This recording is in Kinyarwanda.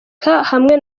hamwe